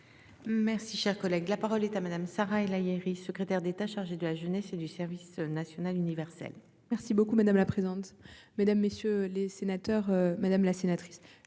Merci, cher collègue, la parole est à madame Sarah et la Yaris secrétaire d'État chargée de la jeunesse et du service national universel. Merci beaucoup madame la présidente, mesdames, messieurs les sénateurs, madame la sénatrice,